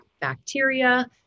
bacteria